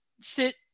sit